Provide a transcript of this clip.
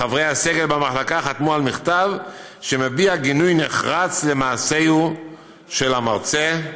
חברי הסגל במחלקה חתמו על מכתב שמביע גינוי נחרץ למעשהו של המרצה.